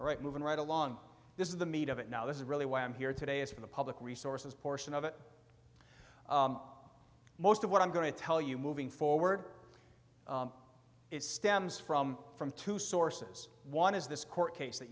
right moving right along this is the meat of it now this is really why i'm here today is for the public resources portion of it most of what i'm going to tell you moving forward it stems from from two sources one is this court case that